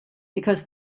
because